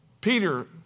Peter